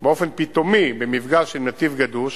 באופן פתאומי במפגש עם נתיב גדוש